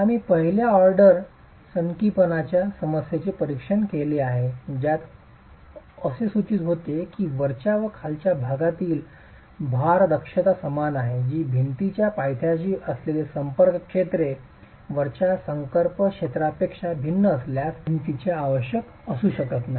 आम्ही पहिल्या ऑर्डरच्या सनकीपणाच्या समस्येचे परीक्षण देखील केले आहे ज्यात असे सूचित होते की वरच्या व खालच्या भागावरील भारदक्षता समान आहे जी भिंतीच्या पायथ्याशी असलेले संपर्क क्षेत्रे वरच्या संपर्क क्षेत्रापेक्षा भिन्न असल्यास भिंत च्या आवश्यक असू शकत नाही